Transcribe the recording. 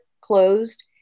closed